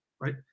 right